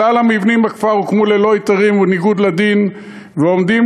כלל המבנים בכפר הוקמו ללא היתרים ובניגוד לדין ועומדים